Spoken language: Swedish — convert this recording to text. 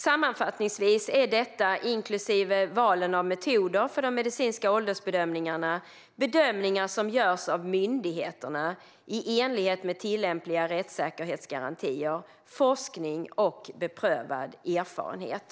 Sammanfattningsvis är detta, inklusive valen av metoder för de medicinska åldersbedömningarna, bedömningar som görs av myndigheterna i enlighet med tillämpliga rättssäkerhetsgarantier, forskning och beprövad erfarenhet.